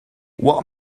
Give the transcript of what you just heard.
what